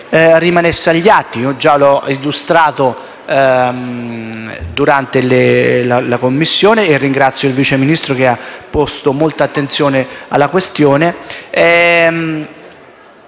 rimanesse agli atti e che ho già illustrato in Commissione e ringrazio il Vice Ministro, che ha posto molta attenzione sulla questione.